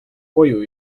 koju